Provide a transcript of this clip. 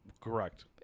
Correct